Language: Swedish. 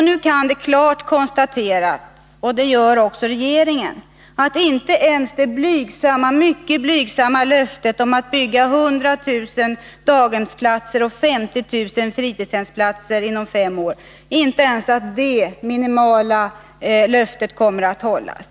Nu kan det klart konstateras, och det gör också regeringen, att inte ens det mycket blygsamma löftet att bygga 100 000 daghemsplatser och 50 000 fritidshemsplatser inom fem år kommer att hållas.